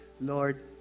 Lord